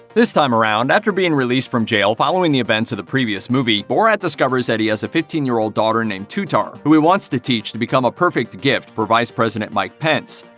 this time around, after being released from jail following the events of the previous movie, borat discovers that he has a fifteen year old daughter named tutar, whom he wants to teach to become a perfect gift for vice president mike pence.